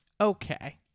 Okay